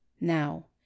Now